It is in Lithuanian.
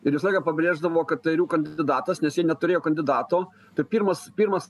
ir visą laiką pabrėždavo kad tai yra jų kandidatas nes jie neturėjo kandidato tai pirmas pirmas